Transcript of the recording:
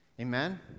Amen